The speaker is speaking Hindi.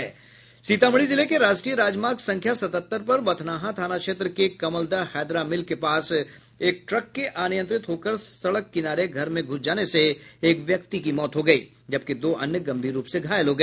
सीतामढ़ी जिले के राष्ट्रीय राजमार्ग संख्या सतहत्तर पर बथनाहा थाना क्षेत्र के कमलदह हैदरा मिल के पास एक ट्रक के अनियंत्रित होकर सड़क किनारे घर में घूस जाने से एक व्यक्ति की मौत हो गयी जबकि दो अन्य गंभीर रूप से घायल हो गया